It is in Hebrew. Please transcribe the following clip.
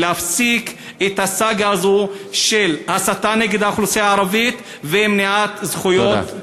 ולהפסיק את הסאגה הזאת של הסתה נגד האוכלוסייה הערבית ומניעת זכויות,